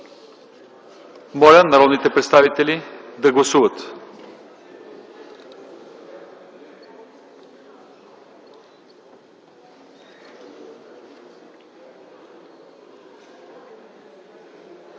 Моля народните представители да гласуват.